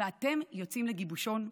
ואתם יוצאים לגיבושון?